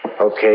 Okay